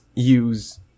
use